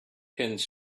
pins